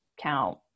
count